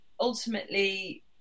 ultimately